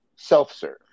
self-serve